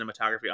cinematography